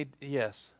Yes